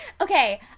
okay